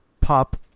pop